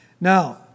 Now